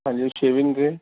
ہاں جی شیونگ کے